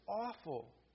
awful